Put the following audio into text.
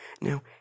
now